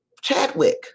Chadwick